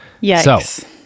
Yes